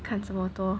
看这么多